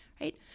right